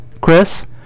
Chris